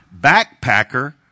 backpacker